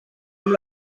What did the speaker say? amb